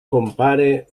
compare